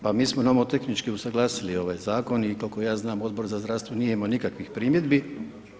Pa mi smo novotehnički usuglasili ovaj zakon i koliko ja znam, Odbor za zdravstvo nije imao nikakvih primjedbi.